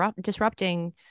disrupting